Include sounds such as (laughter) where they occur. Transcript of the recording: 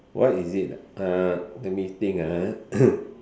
why is it uh let me think ah (coughs)